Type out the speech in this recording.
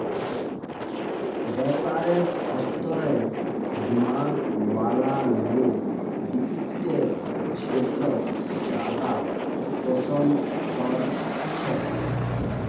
व्यवसायेर स्तरेर दिमाग वाला लोग वित्तेर क्षेत्रत ज्यादा पसन्द कर छेक